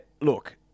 look